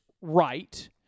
right